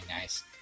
nice